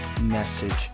message